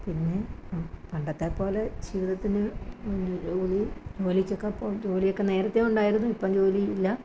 പിന്നെ പണ്ടത്തെ പോലെ ജീവിതത്തിന് ജോലി ജോലിക്കൊക്കെ പോകും ജോലി ഒക്കെ നേരത്തെ ഉണ്ടായിരുന്നു ഇപ്പം ജോലി ഇല്ല